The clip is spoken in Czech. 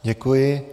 Děkuji.